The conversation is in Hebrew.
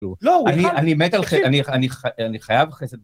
לא הוא חי! אני, אני מת על חי... תקשיב, אני, אני חי.. אני חייב...